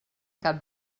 cap